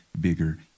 bigger